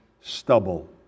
stubble